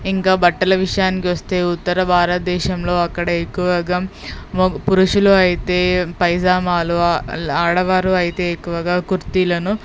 ఇంకా బట్టల విషయానికి వస్తే ఉత్తర భారత దేశంలో అక్కడ ఎక్కువగా మొగ పురుషులు అయితే పైజామాలు ఆడవారు అయితే ఎక్కువగా కుర్తీలను